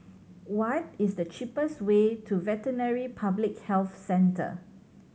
what is the cheapest way to Veterinary Public Health Centre